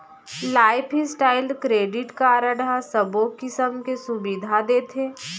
life style credit card ह सबो किसम के सुबिधा देथे